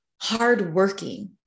hardworking